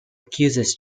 accuses